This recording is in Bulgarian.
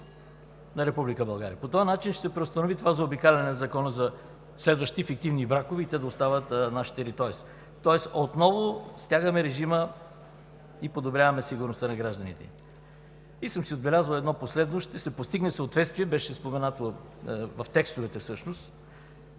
на Република България. По този начин ще се преустанови това заобикаляне на Закона за следващи фиктивни бракове и те да остават на наша територия. Тоест отново стягаме режима и подобряваме сигурността на гражданите. Отбелязал съм си едно последно: ще се постигне съответствие – беше споменато, в текстовете всъщност